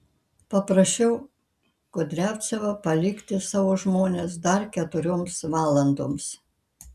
paprašiau kudriavcevą palikti savo žmones dar keturioms valandoms